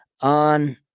On